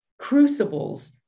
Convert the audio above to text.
crucibles